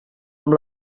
amb